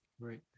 Right